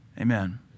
Amen